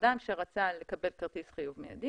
אדם שרצה לקבל כרטיס חיוב מיידי,